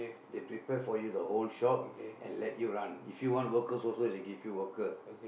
they prepare for you the whole shop and let you run if you want workers also they give you workers